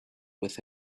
with